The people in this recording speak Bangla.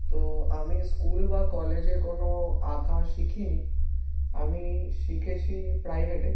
তো আমি স্কুল বা কলেজে কোনো আঁকা শিখিনি আমি শিখেছি প্রাইভেটে